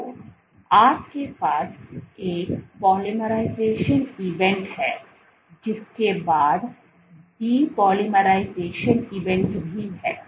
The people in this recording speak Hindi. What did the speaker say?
तो आपके पास एक पॉलिमराइजेशन इवेंट है जिसके बाद डेपोलाइराइजेशन इवेंट है